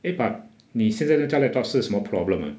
eh but 你现在这架 laptop 是什么 problem ah